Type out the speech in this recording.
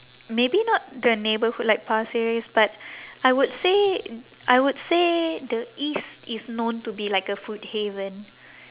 maybe not the neighbourhood like pasir ris but I would say I would say the east is known to be like a food haven